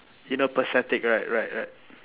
you know pathetic right right right